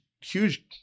huge